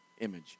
image